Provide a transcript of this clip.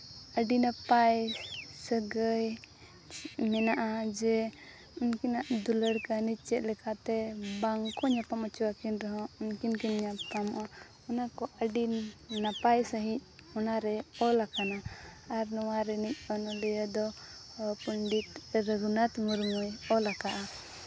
ᱟᱹᱰᱤ ᱱᱟᱯᱟᱭ ᱥᱟᱹᱜᱟᱹᱭ ᱢᱮᱱᱟᱜᱼᱟ ᱡᱮ ᱩᱱᱠᱤᱱᱟᱜ ᱫᱩᱞᱟᱹᱲ ᱠᱟᱹᱦᱱᱤ ᱪᱮᱫ ᱞᱮᱠᱟᱛᱮ ᱵᱟᱝ ᱠᱚ ᱧᱟᱯᱟᱢ ᱦᱚᱪᱚ ᱟᱹᱠᱤᱱ ᱨᱮᱦᱚᱸ ᱩᱱ ᱠᱤᱱ ᱧᱟᱯᱟᱢᱚᱜᱼᱟ ᱚᱱᱟ ᱠᱚ ᱟᱹᱰᱤ ᱱᱟᱯᱟᱭ ᱥᱟᱺᱦᱤᱡ ᱚᱱᱟ ᱨᱮ ᱚᱞ ᱟᱠᱟᱱ ᱟᱨ ᱱᱚᱣᱟ ᱨᱮᱱᱤᱡ ᱚᱱᱚᱞᱤᱭᱟᱹ ᱫᱚ ᱯᱚᱱᱰᱤᱛ ᱨᱚᱜᱷᱩᱱᱟᱛᱷ ᱢᱩᱨᱢᱩᱭ ᱚᱞ ᱟᱠᱟᱫᱼᱟ